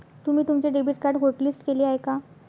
तुम्ही तुमचे debit card hotlist केले आहे का?